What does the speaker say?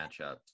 matchups